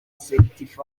certified